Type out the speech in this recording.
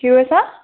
কি কৈছা